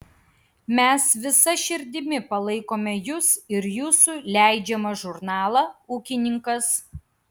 mes visa širdimi palaikome jus ir jūsų leidžiamą žurnalą ūkininkas